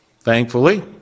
thankfully